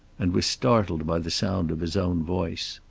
and was startled by the sound of his own voice.